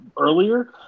earlier